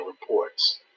reports